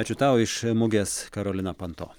ačiū tau iš mugės karolina panto